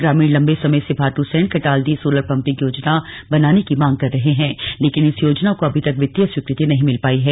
ग्रामीण लंबे समय से भाट्सैंण कटाल्डी सोलर पंपिंग योजना बनाने की मांग कर रहे हैं लेकिन इस योजना को अभी तक वित्तीय स्वीकृति नहीं मिल पाई है